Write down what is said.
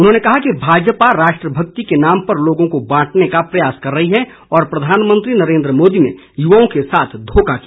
उन्होंने कहा कि भाजपा राष्ट्रभक्ति के नाम पर लोगों को बांटने का प्रयास कर रही है और प्रधानमंत्री नरेन्द्र मोदी ने यूवाओं के साथ धोखा किया